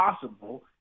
possible